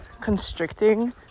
constricting